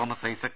Thomas Isaac